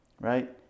right